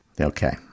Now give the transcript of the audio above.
Okay